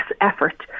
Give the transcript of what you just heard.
effort